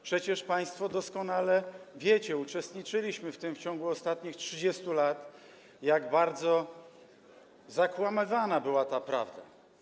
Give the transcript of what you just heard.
Przecież państwo doskonale wiecie - uczestniczyliśmy w tym w ciągu ostatnich 30 lat - jak bardzo zakłamywana była ta prawda.